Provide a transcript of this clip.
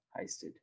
heisted